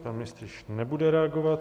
Pan ministr již nebude reagovat.